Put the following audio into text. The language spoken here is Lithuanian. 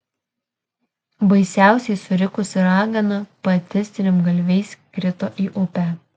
baisiausiai surikusi ragana pati strimgalviais krito į upę